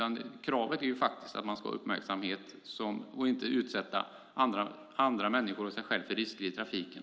Kravet är att man ska vara uppmärksam och inte utsätta andra människor och sig själv för risker i trafiken.